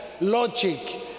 logic